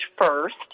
first